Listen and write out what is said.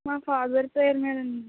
మా ఫాదర్ పేరు మీద ఉంది మేడం